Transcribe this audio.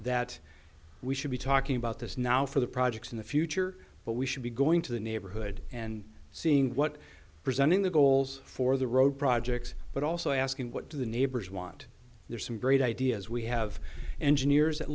that we should be talking about this now for the projects in the future but we should be going to the neighborhood and seeing what presenting the goals for the road projects but also asking what do the neighbors want there's some great ideas we have engineers that